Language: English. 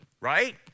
Right